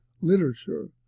literature